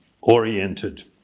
oriented